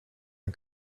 een